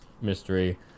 mystery